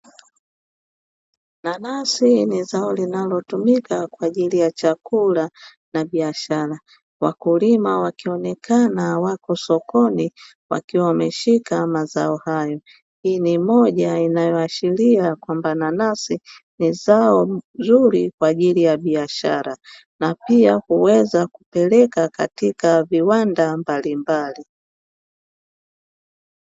Nanasi ni zao linalotumika kwa ajili ya chakula na biashara. Wakulima wakionekana wako sokoni wakiwa wameshika mazao hayo. Hii ni moja inayoashiria kwamba nanasi ni zao zuri kwa ajili ya biashara na pia huweza kupeleka katika viwanda mbalimbali.